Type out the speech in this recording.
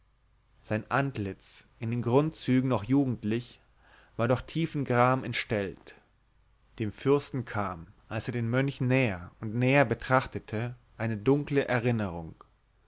sein antlitz in den grundzügen noch jugendlich war nur durch tiefen gram entstellt dem fürsten kam als er den mönch näher und näher betrachtete eine dunkle erinnerung